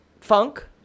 funk